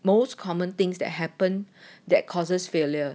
most common things that happen that causes failure